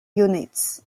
units